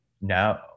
No